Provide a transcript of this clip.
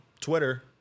Twitter